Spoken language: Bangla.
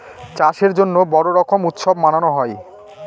চাষের জন্য বড়ো রকম উৎসব মানানো হয়